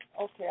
Okay